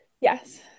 Yes